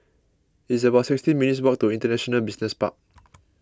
it's about sixteen minutes' walk to International Business Park